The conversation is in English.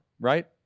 right